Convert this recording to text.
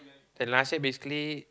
and last year basically